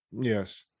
Yes